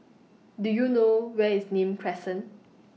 Do YOU know Where IS Nim Crescent